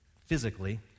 physically